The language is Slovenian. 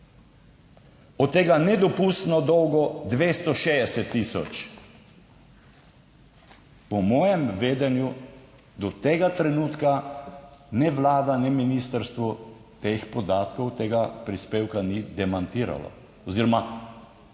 od tega nedopustno dolgo 260000. Po mojem vedenju do tega trenutka ne Vlada ne ministrstvo teh podatkov, tega prispevka ni demantiralo oziroma v skladu